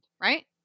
right